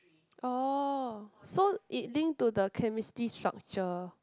oh so it link to the chemistry structure